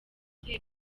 ute